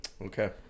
Okay